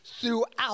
throughout